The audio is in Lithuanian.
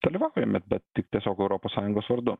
dalyvaujame bet tik tiesiog europos sąjungos vardu